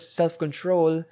self-control